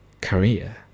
career